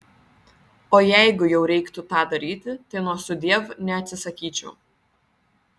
o jeigu jau reiktų tą daryti tai nuo sudiev neatsisakyčiau